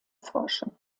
forschung